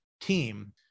team